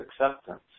acceptance